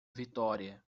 vitória